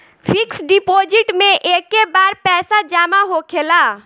fix deposit मे एके बार पैसा जामा होखेला